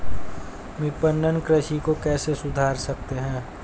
विपणन कृषि को कैसे सुधार सकते हैं?